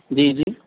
جی جی